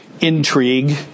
intrigue